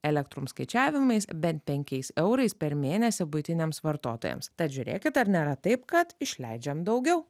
elektrum skaičiavimais bent penkiais eurais per mėnesį buitiniams vartotojams tad žiūrėkit ar nėra taip kad išleidžiam daugiau